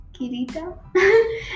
Kirito